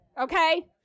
okay